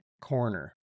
corner